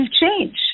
change